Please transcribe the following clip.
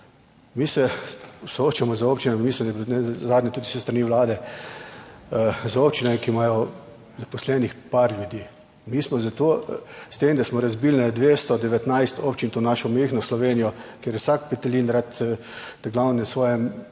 Mi se soočamo z občinami, mislim da je bilo nenazadnje tudi s strani Vlade, z občinami, ki imajo zaposlenih par ljudi. Mi smo za to, s tem, da smo razbili na 219 občin to našo majhno Slovenijo, kjer je vsak petelin rad ta glavni v svojem